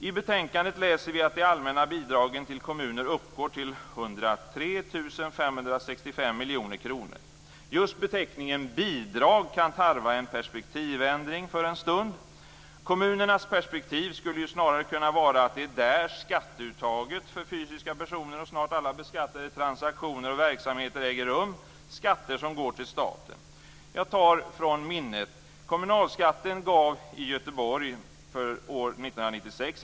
I betänkandet läser vi att de allmänna bidragen till kommuner uppgår till 103 565 miljoner kronor. Just beteckningen "bidrag" kan för en stund tarva en perspektivändring. Kommunernas perspektiv skulle ju snarare kunna vara att det är där skatteuttaget för fysiska personer och snart alla beskattade transaktioner och verksamheter äger rum - skatter som går till staten. Jag tar följande siffror ur minnet. ca 17 miljarder.